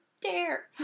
dare